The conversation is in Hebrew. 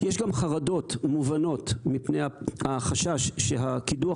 יש גם חרדות מובנות מפני החשש שהקידוח